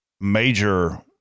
major